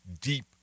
deep